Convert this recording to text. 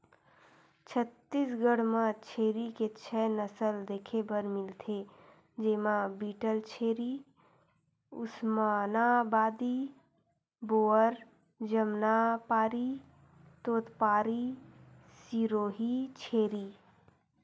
छत्तीसगढ़ म छेरी के छै नसल देखे बर मिलथे, जेमा बीटलछेरी, उस्मानाबादी, बोअर, जमनापारी, तोतपारी, सिरोही छेरी